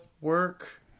work